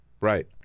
Right